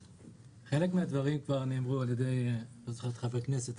חלק מן הדברים כבר נאמרו על ידי חברי הכנסת.